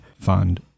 fund